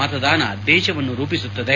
ಮತದಾನ ದೇಶವನ್ನು ರೂಪಿಸುತ್ತದೆ